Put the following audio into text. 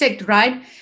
right